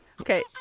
Okay